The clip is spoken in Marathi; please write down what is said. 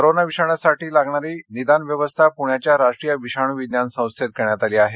करोना विषाणूसाठी लागणारी निदान व्यवस्था प्ण्याच्या राष्ट्रीय विषाणू विज्ञान संस्थेत करण्यात आली आहे